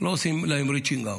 לא עושים להם reaching out.